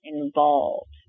involved